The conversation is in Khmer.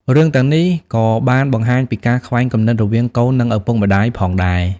រឿងទាំងនេះក៏បានបង្ហាញពីការខ្វែងគំនិតរវាងកូននិងឪពុកម្តាយផងដែរ។